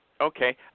Okay